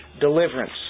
deliverance